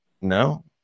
no